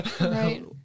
Right